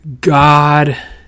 God